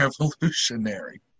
revolutionary